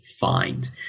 find